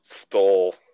stole